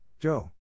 Joe